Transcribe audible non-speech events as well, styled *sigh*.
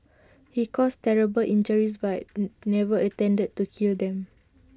he caused terrible injuries but *hesitation* never intended to kill them